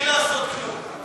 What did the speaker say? בלי לעשות כלום.